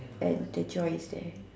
and the joy is there